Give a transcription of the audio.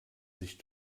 sich